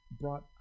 brought